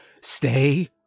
Stay